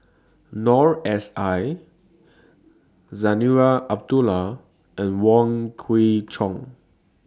Noor S I Zarinah Abdullah and Wong Kwei Cheong